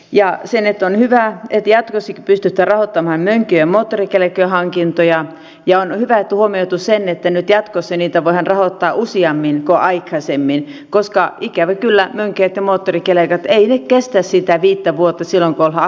ja se on hyvä että jatkossakin pystytään rahoittamaan mönkijä ja moottorikelkkahankintoja ja on hyvä että on huomioitu se että nyt jatkossa niitä voidaan rahoittaa useammin kuin aikaisemmin koska ikävä kyllä mönkijät ja moottorikelkat eivät kestä sitä viittä vuotta silloin kun ollaan aktiivitöissä